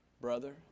brother